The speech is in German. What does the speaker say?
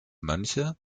mönche